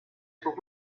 for